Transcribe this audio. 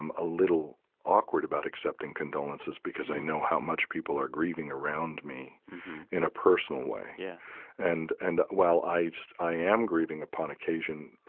um a little awkward about accepting condolences because i know how much people are grieving around me in a personal way. yeah and and while i so i am grieving upon occasion,